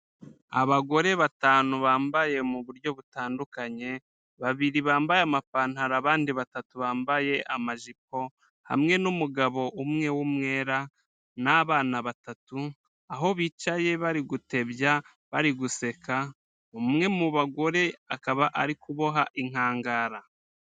Abagore batanu bambaye mu buryo butandukanye, babiri bambaye amapantaro, abandi batatu bambaye amajipo hamwe n'umugabo umwe w'umwera n'abana batatu, aho bicaye bari gutebya bari guseka, umwe mu bagore akaba ari kuboha inkangara.